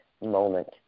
moment